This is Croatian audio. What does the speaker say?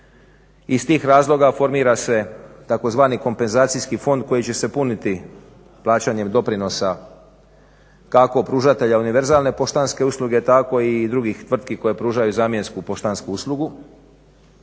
iz tih razloga formira se tzv. kompenzacijski fond koji će se puniti plaćanjem doprinosa kako pružatelja univerzalne poštanske usluge tako i drugih tvrtki koje pružaju zamjensku poštansku uslugu.